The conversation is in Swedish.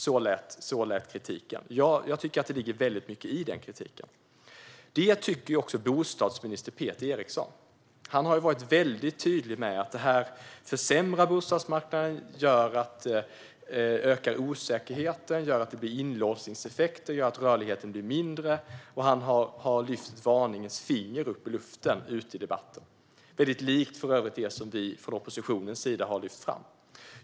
Så här lät kritiken, och jag tycker att det ligger väldigt mycket i den. Det tycker även bostadsminister Peter Eriksson. Han har varit väldigt tydlig med att detta försämrar bostadsmarknaden, ökar osäkerheter, gör att det blir inlåsningseffekter och gör att rörligheten blir mindre. Han har lyft ett varningens finger i debatten. Det här är för övrigt väldigt likt det som vi i oppositionen har tagit upp.